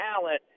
talent